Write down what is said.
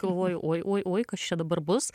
galvojau oi oi oi kas čia dabar bus